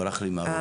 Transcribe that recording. וברח לי מהראש.